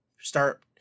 start